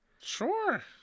Sure